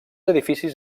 edificis